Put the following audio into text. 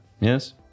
Yes